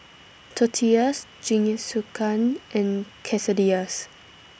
Tortillas Jingisukan and